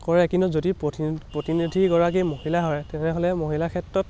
কৰে কিন্তু যদি প্ৰতি প্ৰতিনিধিগৰাকী মহিলা হয় তেনেহ'লে মহিলাৰ ক্ষেত্ৰত